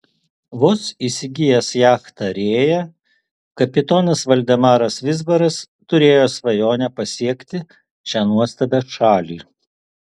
vos įsigijęs jachtą rėja kapitonas valdemaras vizbaras turėjo svajonę pasiekti šią nuostabią šalį